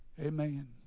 Amen